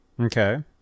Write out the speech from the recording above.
Okay